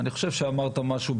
אני חושב שאמרת משהו,